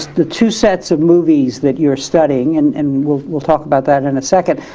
the two sets of movies that you're studying and and we'll we'll talk about that in a second,